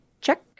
check